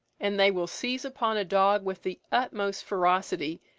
and they will seize upon a dog with the utmost ferocity,